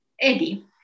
Eddie